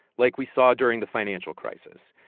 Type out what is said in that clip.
like we saw during the financial crisis.